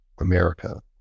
america